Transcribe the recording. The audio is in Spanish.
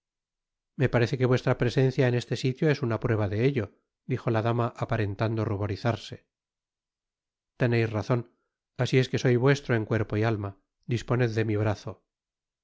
me parece que vuestra presencia en este sitio es una prueba de ello dijo la dama aparentando ruborizarse teneis razon asi es que soy vuestro en cuerpo y alma disponed de mi brazo